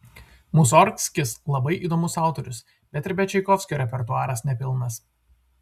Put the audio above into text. musorgskis labai įdomus autorius bet ir be čaikovskio repertuaras nepilnas